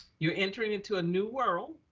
you're entering into a new world.